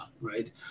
right